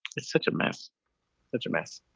it's such a mess such a mess.